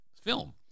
film